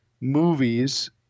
movies